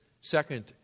second